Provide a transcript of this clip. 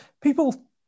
people